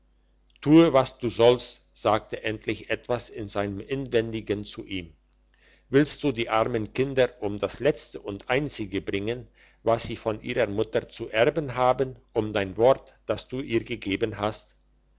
tue was du sollst sagte endlich etwas in seinem inwendigen zu ihm willst du die armen kinder um das letzte und einzige bringen was sie von ihrer mutter zu erben haben um dein wort das du ihr gegeben hast